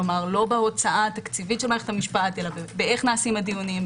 כלומר לא בהוצאה התקציבית של מערכת המשפט אלא באיך נעשים הדיונים,